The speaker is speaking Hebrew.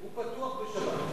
הוא פתוח בשבת.